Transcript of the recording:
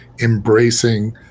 embracing